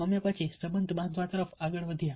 અમે પછી સંબંધ બાંધવા તરફ આગળ વધ્યા